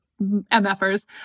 mfers